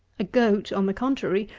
a goat, on the contrary,